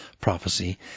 prophecy